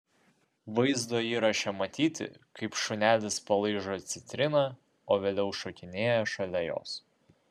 vaizdo įraše matyti kaip šunelis palaižo citriną o vėliau šokinėja šalia jos